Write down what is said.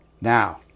Now